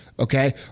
Okay